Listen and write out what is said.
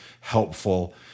helpful